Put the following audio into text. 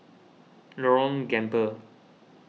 Lorong Gambir